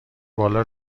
بالا